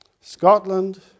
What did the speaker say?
Scotland